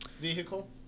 vehicle